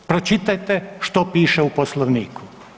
Pročitajte što piše u Poslovniku.